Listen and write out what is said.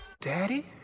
daddy